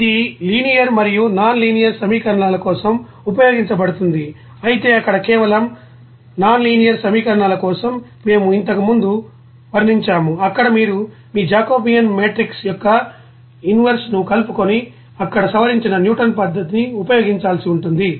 ఇది లీనియర్ మరియు non linear సమీకరణాల కోసం ఉపయోగించబడుతుంది అయితే అక్కడ కేవలం నాన్ లీనియర్ సమీకరణాల కోసం మేము ఇంతకు ముందు వర్ణించాము అక్కడ మీరు మీ జాకోబియన్ మెట్రిక్స్ యొక్క ఇన్వెర్స్ ను కలుపుకొని అక్కడ సవరించిన న్యూటన్ పద్ధతిని ఉపయోగించాల్సిఉంటుంది